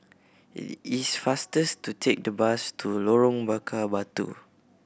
it's faster to take the bus to Lorong Bakar Batu